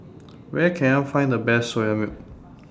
Where Can I Find The Best Soya Milk